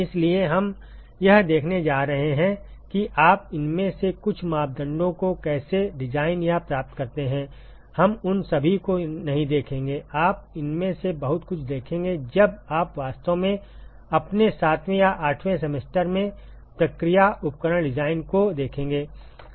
इसलिए हम यह देखने जा रहे हैं कि आप इनमें से कुछ मापदंडों को कैसे डिजाइन या प्राप्त करते हैं हम उन सभी को नहीं देखेंगे आप इनमें से बहुत कुछ देखेंगे जब आप वास्तव में अपने सातवें या आठवें सेमेस्टर में प्रक्रिया उपकरण डिजाइन को देखेंगे